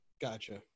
Gotcha